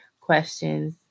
questions